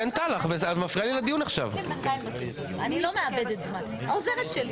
אבל אני מציע לשקול בכל זאת, לפני שעושים את זה.